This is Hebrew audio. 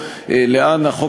החוק.